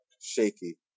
shaky